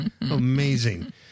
amazing